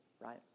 right